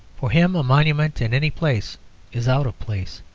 for him a monument in any place is out of place.